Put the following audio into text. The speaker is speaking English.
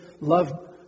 love